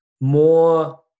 more